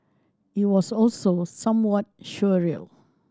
it was also somewhat surreal